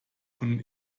von